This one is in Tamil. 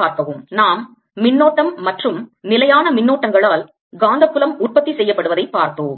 காந்தப்புலம் நாம் மின்னோட்டம் மற்றும் நிலையான மின்னோட்டங்களால் காந்தப் புலம் உற்பத்தி செய்யப்படுவதை பார்த்தோம்